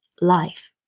life